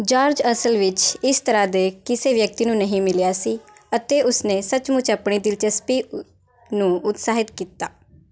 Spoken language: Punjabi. ਜਾਰਜ ਅਸਲ ਵਿੱਚ ਇਸ ਤਰ੍ਹਾਂ ਦੇ ਕਿਸੇ ਵਿਅਕਤੀ ਨੂੰ ਨਹੀਂ ਮਿਲਿਆ ਸੀ ਅਤੇ ਉਸ ਨੇ ਸੱਚਮੁੱਚ ਆਪਣੀ ਦਿਲਚਸਪੀ ਉ ਨੂੰ ਉਤਸ਼ਾਹਿਤ ਕੀਤਾ